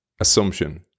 assumption